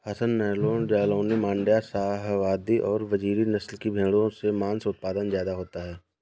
हसन, नैल्लोर, जालौनी, माण्ड्या, शाहवादी और बजीरी नस्ल की भेंड़ों से माँस उत्पादन ज्यादा होता है